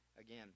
again